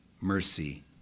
mercy